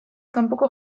kanpoko